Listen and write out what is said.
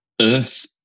earth